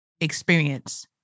experience